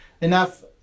enough